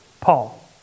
Paul